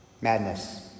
Madness